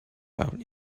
about